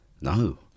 No